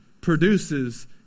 produces